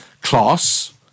Class